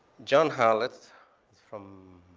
john hallett is from